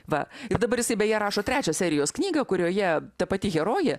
va ir dabar jisai beje rašo trečią serijos knygą kurioje ta pati herojė